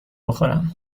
بخورم